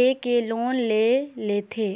दे के लोन ले लेथे